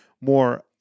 more